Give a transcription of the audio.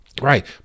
right